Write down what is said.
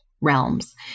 realms